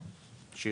אנחנו